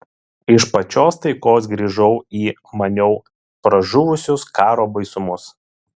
iš pačios taikos grįžau į maniau pražuvusius karo baisumus